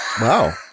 Wow